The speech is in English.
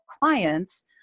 clients